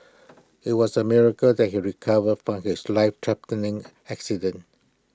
IT was A miracle that he recovered from his lifethreatening accident